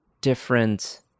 different